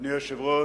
אדוני היושב-ראש,